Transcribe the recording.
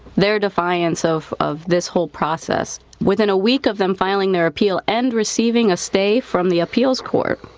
their defiance of of this whole process, within a week of them filing their appeal and receiving a stay from the appeals court,